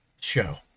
show